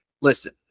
Listen